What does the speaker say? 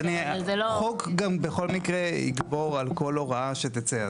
חוק גם בכל מקרה יגבור על כל הוראה שתצא,